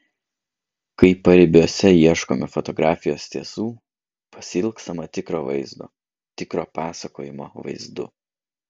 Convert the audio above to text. kai paribiuose ieškome fotografijos tiesų pasiilgstama tikro vaizdo tikro pasakojimo vaizdu